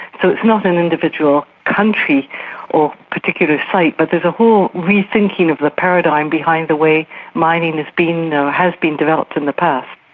so it's not an individual country or particular site, but there's a whole rethinking of the paradigm behind the way mining is being or you know has been developed in the past.